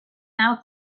now